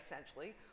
essentially